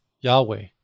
Yahweh